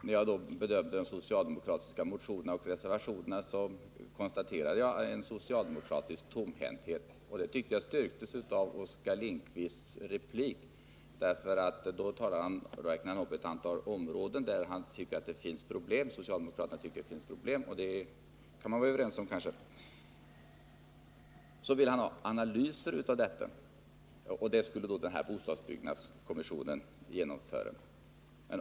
När jag då bedömde de socialdemokratiska motionerna och reservationerna konstaterade jag en socialdemokratisk tomhänthet, och jag tycker att den styrks av Oskar Lindkvists replik. Där räknade han upp ett antal områden där socialdemokraterna anser att det finns problem. Man kan kanske vara överens om att det finns problem, och Oskar Lindkvist vill att bostadsbyggnadskommissionen skall göra analyser av de problemen.